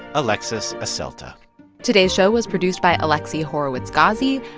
alexis asselta today's show was produced by alexi horowitz-ghazi.